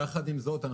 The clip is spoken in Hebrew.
יחד עם זאת,